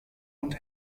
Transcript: und